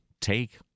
Take